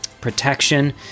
protection